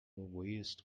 waste